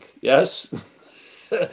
yes